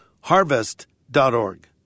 harvest.org